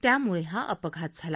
त्यामुळे हा अपघात झाला